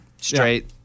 straight